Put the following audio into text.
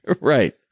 Right